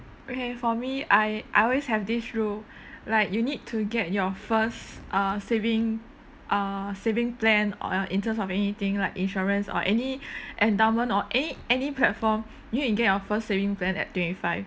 okay for me I I always have this rule like you need to get your first uh saving uh saving plan or uh in terms of anything like insurance or any endowment or any any platform you can get your first saving plan at twenty five